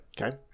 Okay